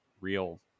real